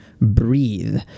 breathe